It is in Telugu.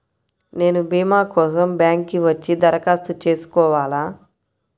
నేను భీమా కోసం బ్యాంక్కి వచ్చి దరఖాస్తు చేసుకోవాలా?